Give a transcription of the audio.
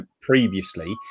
previously